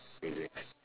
is it